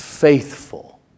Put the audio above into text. Faithful